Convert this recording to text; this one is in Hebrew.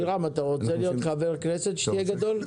לירם, אתה רוצה להיות חבר כנסת כשתהיה גדול?